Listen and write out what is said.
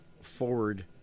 forward